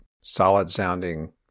solid-sounding